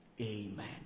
Amen